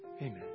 Amen